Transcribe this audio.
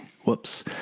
whoops